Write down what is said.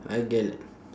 I get it